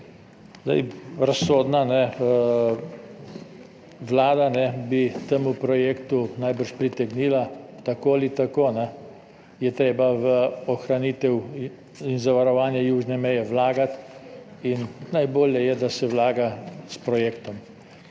obdrži. Razsodna vlada bi temu projektu najbrž pritegnila. Tako ali tako je treba v ohranitev in zavarovanje južne meje vlagati in najbolje je, da se vlaga s projektom.